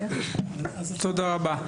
תודה רבה.